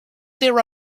their